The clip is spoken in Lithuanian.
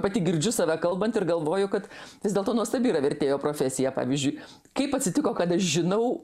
pati girdžiu save kalbant ir galvoju kad vis dėlto nuostabi yra vertėjo profesija pavyzdžiui kaip atsitiko kad aš žinau